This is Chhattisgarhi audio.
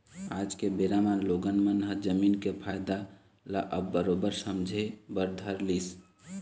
आज के बेरा म लोगन मन ह जमीन के फायदा ल अब बरोबर समझे बर धर लिस